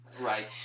right